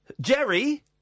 Jerry